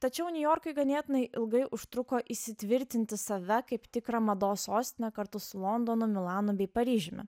tačiau niujorkui ganėtinai ilgai užtruko įsitvirtinti save kaip tikrą mados sostinę kartu su londonu milanu bei paryžiumi